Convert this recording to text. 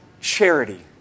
charity